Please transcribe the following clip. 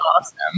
awesome